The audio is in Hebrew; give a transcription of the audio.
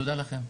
תודה לכם.